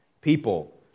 people